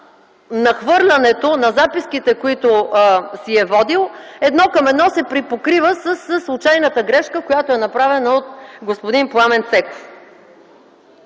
нахвърлянето на записките, които си е водил, едно към едно се припокрива със случайната грешка, която е направена от господин Пламен Цеков.